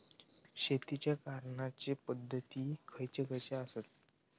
शेतीच्या करण्याचे पध्दती खैचे खैचे आसत?